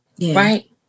Right